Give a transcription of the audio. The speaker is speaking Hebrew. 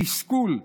תסכול,